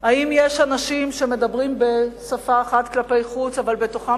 אם יש אנשים שמדברים בשפה אחת כלפי חוץ אבל בתוכם